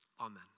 Amen